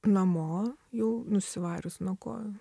namo jau nusivarius nuo kojų